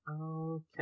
Okay